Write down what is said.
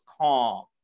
calm